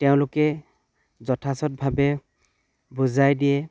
তেওঁলোকে যথাযথভাৱে বুজাই দিয়ে